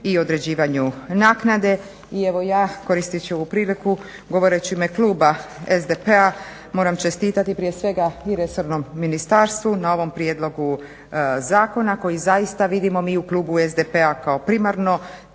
i određivanju naknade. I evo ja koristeći ovu priliku govoreći u ime kluba SDP-a moram čestitati prije svega i resornom ministarstvu na ovom prijedlogu zakona koji zaista vidimo mi u klubu SDP-a kao primarno